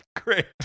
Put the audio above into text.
great